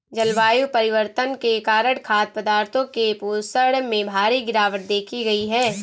जलवायु परिवर्तन के कारण खाद्य पदार्थों के पोषण में भारी गिरवाट देखी गयी है